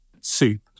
soup